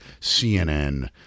CNN